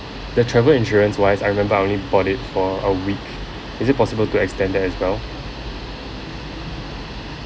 the travel insurance wise I remember I only bought it for a week is it possible to extend that as well